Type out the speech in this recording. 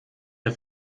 der